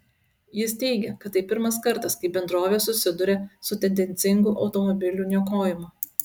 jis teigė kad tai pirmas kartas kai bendrovė susiduria su tendencingu automobilių niokojimu